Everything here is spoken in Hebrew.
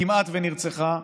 כמעט נרצחה,